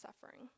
suffering